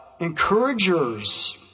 encouragers